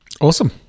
Awesome